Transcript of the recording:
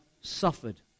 suffered